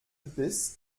biss